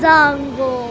Zango